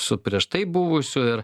su prieš tai buvusiu ir